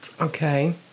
okay